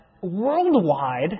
worldwide